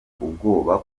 ubwoba